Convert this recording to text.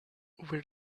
where